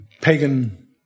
pagan